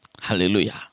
hallelujah